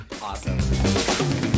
Awesome